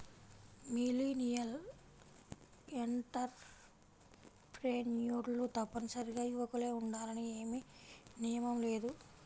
millennial ఎంటర్ప్రెన్యూర్లు తప్పనిసరిగా యువకులే ఉండాలని ఏమీ నియమం లేదు